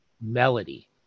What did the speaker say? melody